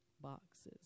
boxes